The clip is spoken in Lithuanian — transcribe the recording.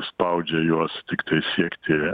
spaudžia juos tiktai siekti